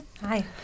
Hi